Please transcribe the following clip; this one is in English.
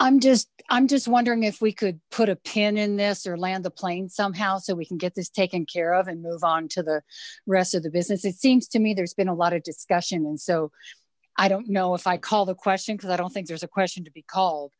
i'm just i'm just wondering if we could put a pin in this or land the plane somehow so we can get this taken care of and move on to the rest of the business it seems to me there's been a lot of discussion and so i don't know if i call the question because i don't think there's a question to be called